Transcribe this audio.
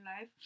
life